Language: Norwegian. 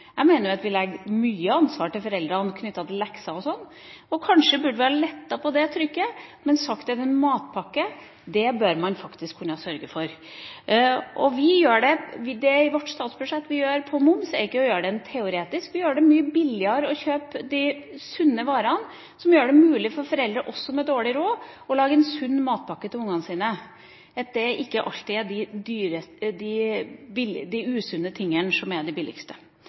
Jeg mener vi legger mye ansvar på foreldrene knyttet til lekser og sånt. Kanskje burde vi lettet på det trykket, men heller si at matpakke bør man faktisk kunne sørge for. Det vi gjør med moms i vårt alternative statsbudsjett, er ikke teoretisk. Vi gjør det mye billigere å kjøpe de sunne varene som gjør det mulig også for foreldre med dårlig råd å lage en sunn matpakke til ungene sine – slik at det ikke alltid er de usunne varene som er de billigste.